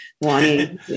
wanting